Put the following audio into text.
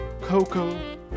Coco